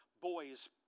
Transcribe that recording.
boy's